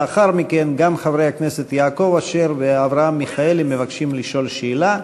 לאחר מכן גם חברי הכנסת יעקב אשר ואברהם מיכאלי מבקשים לשאול שאלה.